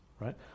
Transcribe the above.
right